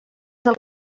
del